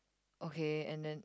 okay and then